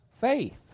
faith